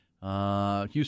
Houston